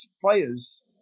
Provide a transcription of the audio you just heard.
players